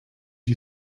you